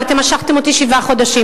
אבל אתם משכתם אותי שבעה חודשים.